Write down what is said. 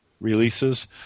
releases